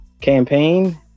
campaign